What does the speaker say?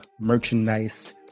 merchandise